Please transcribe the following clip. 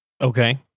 Okay